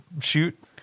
shoot